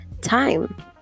time